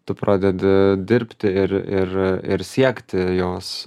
tu pradedi dirbti ir ir ir siekti jos